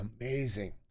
Amazing